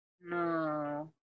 No